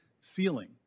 ceiling